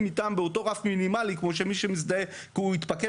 איתם באותו רף מינימלי כמו שמי שמזדהה כי הוא מתפקד